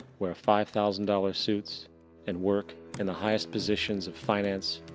wear five thousand dollar suits and work in the highest positions of finance,